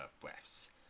breaths